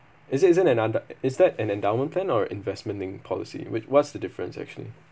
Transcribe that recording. is it is it an under~ is that an endowment plan or investment linked policy with what's the difference actually